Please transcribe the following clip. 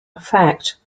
affect